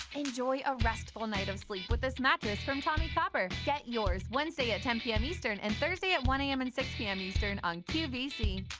enjoy a restful night of and sleep with this mattress from tommie copper. get yours, wednesday at ten pm eastern and thursday at one am and six pm eastern on qvc.